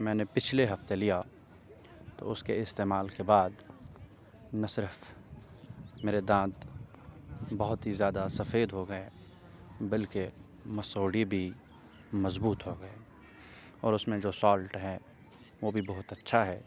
میں نے پچھلے ہفتے لیا تو اس کے استعمال کے بعد نہ صرف میرے دانت بہت ہی زیادہ سفید ہو گیے بلکہ مسوڑھے بھی مضبوط ہو گیے اور اس میں جو سالٹ ہے وہ بھی بہت اچھا ہے